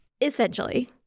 essentially